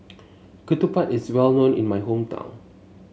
Ketupat is well known in my hometown